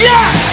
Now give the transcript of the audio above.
Yes